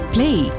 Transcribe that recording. Play